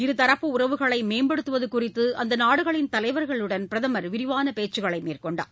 இருதரப்பு உறவுகளை மேம்படுத்துவது குறித்து அந்த நாடுகளின் தலைவர்களுடன் பிரதமர் விரிவான பேச்சுக்களை மேற்கொண்டார்